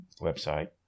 website